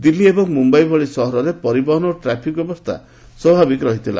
ଦିଲ୍ଲୀ ଏବଂ ମୁମ୍ୟାଇ ଭଳି ସହରରେ ପରିବହନ ଓ ଟ୍ରାଫିକ୍ ବ୍ୟବସ୍ଥା ସ୍ୱଭାବିକ ରହିଥିଲା